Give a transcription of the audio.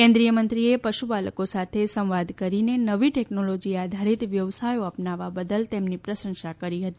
કેન્દ્રીય મંત્રીએ પશુપાલકો સાથે સંવાદ કરીને નવી ટેકનોલોજી આધારીત વ્યવસાયો અપનાવવા બદલ તેમની પ્રશંસા કરી હતી